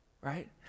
right